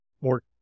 more